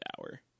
hour